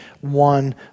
one